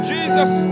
Jesus